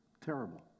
terrible